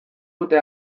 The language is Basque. dute